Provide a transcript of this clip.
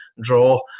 draw